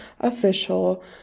official